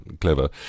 clever